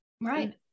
right